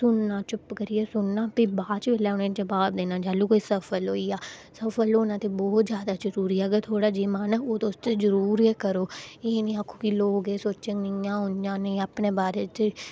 सुनना चुप्प करियै सुनना बाद च जबाव देना जैलूं कोई सफल होई जा सफल होना ते बहुत जादै जरूरी ऐ अगर थोह्ड़ा जेहा ओह् तुस जरूर गै करो एह् निं आक्खो की लोक केह् आखङन इं'या उ'आं नेईं अपने बारै च